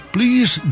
Please